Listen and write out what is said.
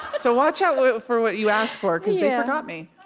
but so watch out for what you ask for, because they forgot me